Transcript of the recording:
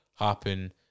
happen